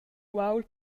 uaul